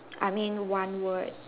I mean one word